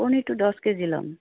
পনীৰটো দছ কেজি ল'ম